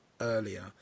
earlier